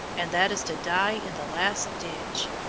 and that is to die in the last ditch.